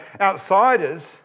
outsiders